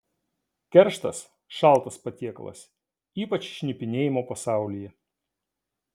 kerštas šaltas patiekalas ypač šnipinėjimo pasaulyje